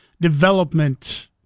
development